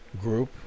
group